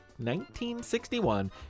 1961